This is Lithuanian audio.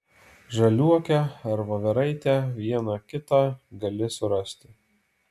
žaliuokę ar voveraitę vieną kitą gali surasti